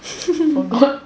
oh god